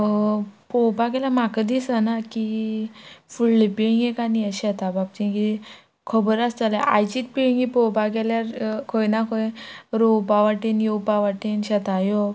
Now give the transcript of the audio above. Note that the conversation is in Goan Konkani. पोवपा गेल्यार म्हाका दिसना की फुडले पिळगेक आनी हे शेता बाबशें की खबर आसतले आयचीत पिळगी पोवपाक गेल्यार खंय ना खंय रोवपा वाटेन येवपा वाटेन शेतां येवप